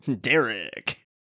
Derek